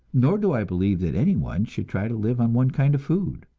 nor do i believe that anyone should try to live on one kind of food.